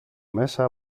μέσα